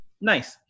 Nice